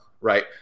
right